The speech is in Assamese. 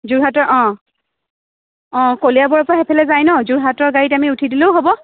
যোৰহাটৰ কলিয়াবৰৰ পৰা সেইফালে যায় ন যোৰহাটৰ গাড়ীত আমি উঠি দিলেও হ'ব